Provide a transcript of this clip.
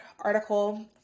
article